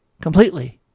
completely